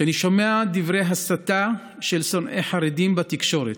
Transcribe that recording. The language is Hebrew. כשאני שומע דברי הסתה של שונאי חרדים בתקשורת,